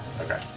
Okay